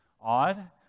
odd